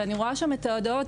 ואני רואה שם את ההודעות,